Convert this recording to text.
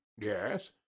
Yes